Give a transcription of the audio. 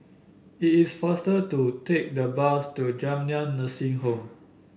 it is faster to take the bus to Jamiyah Nursing Home